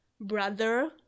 brother